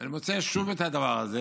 את הדבר הזה